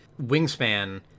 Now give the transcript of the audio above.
Wingspan